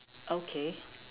okay